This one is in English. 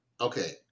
Okay